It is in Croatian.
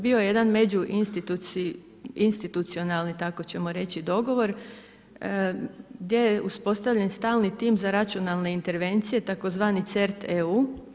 Bio je jedan međuinstitucionalni tako ćemo reći dogovor, gdje je uspostavljen stalni tim za računalne intervencije tzv. CERT EU.